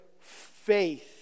faith